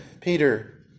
Peter